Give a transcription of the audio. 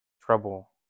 trouble